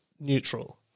neutral